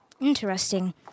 Interesting